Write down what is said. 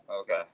Okay